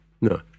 No